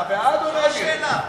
זאת השאלה.